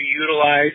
utilize